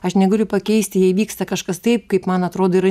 aš negaliu pakeisti jei vyksta kažkas taip kaip man atrodo yra